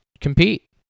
compete